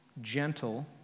gentle